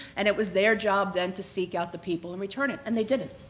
and it was their job then to seek out the people and return it, and they didn't.